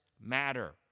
matter